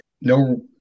No